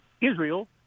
Israel